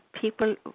people